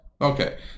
Okay